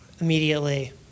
immediately